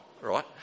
right